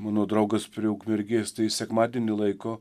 mano draugas prie ukmergės tai sekmadienį laiku